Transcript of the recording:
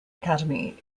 academy